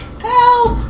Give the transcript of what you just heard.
Help